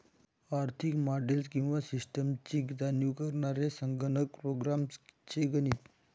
आर्थिक मॉडेल्स किंवा सिस्टम्सची जाणीव करणारे संगणक प्रोग्राम्स चे गणित